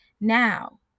now